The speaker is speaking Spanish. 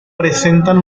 presentan